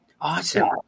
Awesome